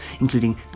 including